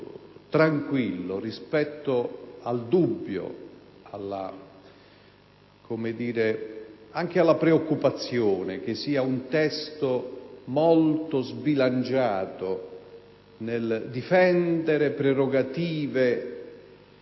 tranquillo rispetto al dubbio e alla preoccupazione che sia un testo molto sbilanciato nel difendere le prerogative